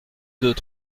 deux